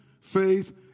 faith